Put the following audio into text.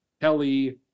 Kelly